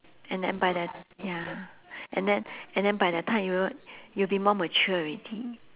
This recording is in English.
and then by then ya and then and then by that time you will you'll be more mature already